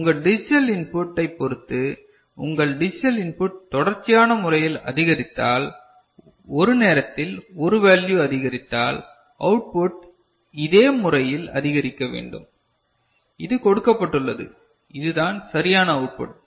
உங்கள் digital input டைப்பொறுத்து உங்கள் டிஜிட்டல் இன்புட் தொடர்ச்சியான முறையில் அதிகரித்தால் ஒரு நேரத்தில் 1 வேல்யூ அதிகரித்தால் அவுட்புட் இதே முறையில் அதிகரிக்க வேண்டும் இது கொடுக்கப்பட்டுள்ளது இதுதான் சரியான அவுட்புட்